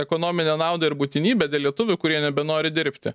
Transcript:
ekonominę naudą ir būtinybę dėl lietuvių kurie nebenori dirbti